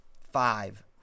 five